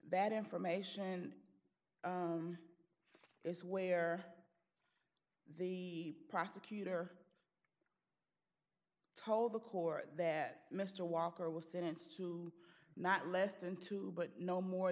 that information is where the prosecutor told the corps that mr walker was sentenced to not less than two but no more